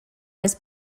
was